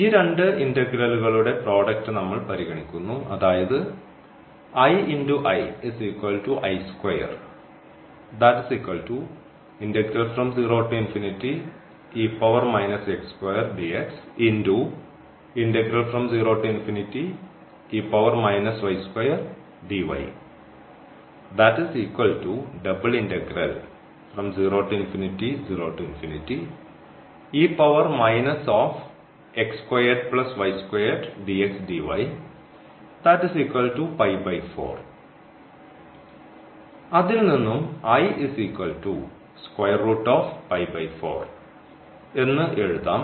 ഈ രണ്ട് ഇന്റഗ്രലുകളുടെ പ്രോഡക്റ്റ് നമ്മൾ പരിഗണിക്കുന്നു അതായത് അതിൽനിന്നും എന്ന് എഴുതാം